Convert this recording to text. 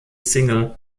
single